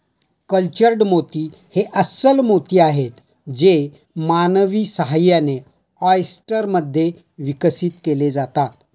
cultured मोती हे अस्स्ल मोती आहेत जे मानवी सहाय्याने, ऑयस्टर मध्ये विकसित केले जातात